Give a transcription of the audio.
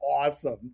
awesome